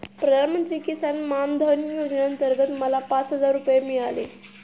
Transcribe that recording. प्रधानमंत्री किसान मान धन योजनेअंतर्गत मला पाच हजार रुपये मिळाले